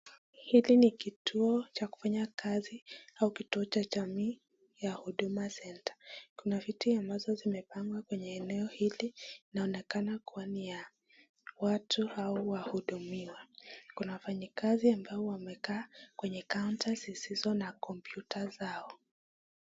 Hili ni kituo cha kufanya kazi au kituo cha jamii ya huduma center. Kuna viti ambazo zimepangwa kwenye eneo hili, inaonekana kuwa ni ya watu au wahudumiwa. Kuna wafanyikazi ambao wamekaa kwenye kaunta zilizo na kompyuta zao.